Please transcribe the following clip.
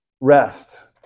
rest